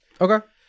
okay